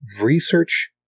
research